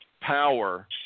power